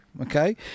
okay